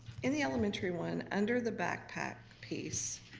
in the elementary one, under the backpack piece,